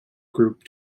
group